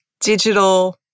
digital